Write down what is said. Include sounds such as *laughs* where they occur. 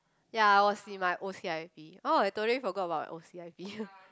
ya was in my o_c_i_p orh I totally forgot about my o_c_i_p *laughs*